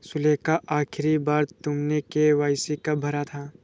सुलेखा, आखिरी बार तुमने के.वाई.सी कब भरा था?